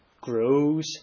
grows